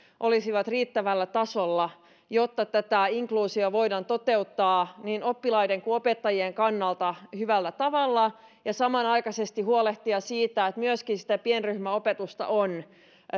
olisivat riittävällä tasolla jotta tätä inkluusiota voidaan toteuttaa niin oppilaiden kuin opettajien kannalta hyvällä tavalla ja samanaikaisesti huolehtia siitä että myöskin sitä pienryhmäopetusta on